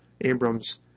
Abram's